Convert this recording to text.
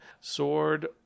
sword